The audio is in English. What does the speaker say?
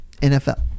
NFL